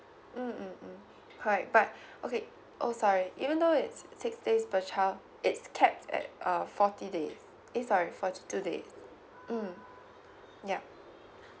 mm mm mm correct but okay oh sorry even though it's six days per child it's capped at err forty days eh sorry forty two days mm yup